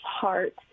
heart